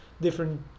different